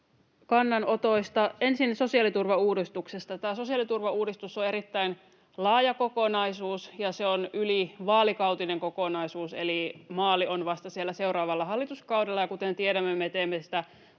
kannanotoista. Ensin sosiaaliturvauudistuksesta: Tämä sosiaaliturvauudistus on erittäin laaja kokonaisuus, ja se on ylivaalikautinen kokonaisuus, eli maali on vasta siellä seuraavalla hallituskaudella, ja kuten tiedämme, me teemme sitä